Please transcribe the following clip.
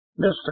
Mr